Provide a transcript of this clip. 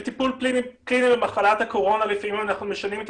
בטפול קליני למחלת הקורונה לפעמים אנחנו משנים את